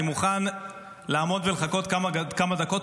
אני מוכן לעמוד ולחכות כמה דקות,